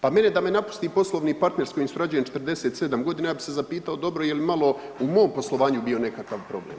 Pa mene, da me napusti poslovni partner s kojim surađujem 47 godina, ja bi se zapitao dobro je li malo u mom poslovanju bio nekakav problem.